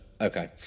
Okay